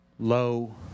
Low